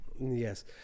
Yes